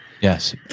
Yes